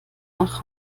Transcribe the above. nach